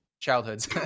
childhoods